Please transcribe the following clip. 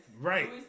Right